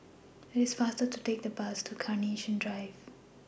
IT IS faster to Take The Bus to Carnation Drive